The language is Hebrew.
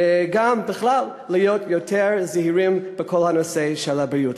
וגם להיות בכלל יותר זהירים בכל נושא הבריאות.